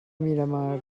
miramar